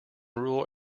rural